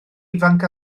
ifanc